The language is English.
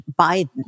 Biden